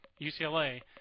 UCLA